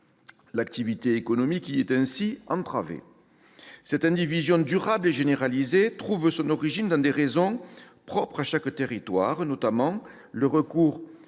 L'activité économique y est ainsi entravée. Cette indivision durable et généralisée trouve son origine dans des raisons propres à chaque territoire, notamment le recours